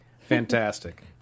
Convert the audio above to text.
fantastic